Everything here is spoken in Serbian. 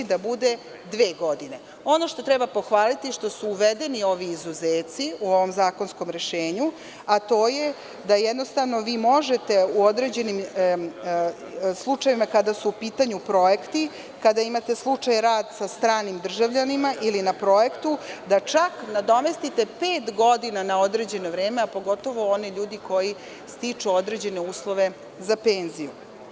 Ono što treba pohvaliti jeste što su uvedeni ovi izuzeci u ovom zakonskom rešenju, a to je da vi možete u određenim slučajevima, kada su u pitanju projekti, kada imate rad sa stranim državljanima ili na projektu, da nadomestite pet godina na određeno vreme, a pogotovo oni ljudi koji stiču određene uslove za penziju.